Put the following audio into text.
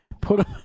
put